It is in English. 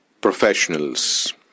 professionals